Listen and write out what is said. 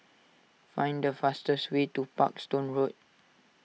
find the fastest way to Parkstone Road